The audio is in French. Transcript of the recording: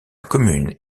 commune